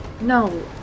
No